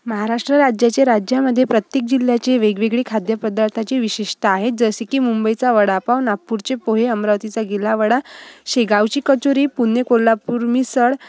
महाराष्ट्र राज्याचे राज्यामध्ये प्रत्येक जिल्ह्याची वेगवेगळी खाद्यपदार्थाची विशेषता आहेत जसे की मुंबईचा वडापाव नागपूरचे पोहे अमरावतीचा गिला वडा शेगावची कचोरी पुणे कोल्हापूर मिसळ